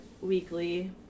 weekly